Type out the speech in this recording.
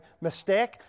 mistake